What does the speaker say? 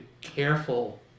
careful